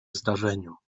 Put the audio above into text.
zdarzeniu